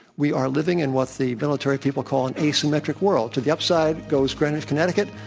we are living in what the military people call an asymmetric world. to the up side goes greenwich, connecticut,